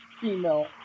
female